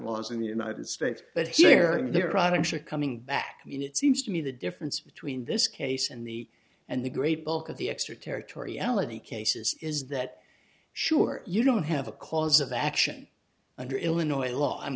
laws in the united states but here or there products are coming back i mean it seems to me the difference between this case and the and the great bulk of the extraterritoriality cases is that sure you don't have a cause of action under illinois law i'm